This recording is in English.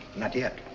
not yet.